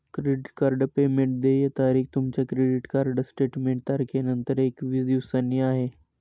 credit card payment देय तारीख तुमच्या क्रेडिट कार्ड स्टेटमेंट तारखेनंतर एकवीस दिवसांनी आहे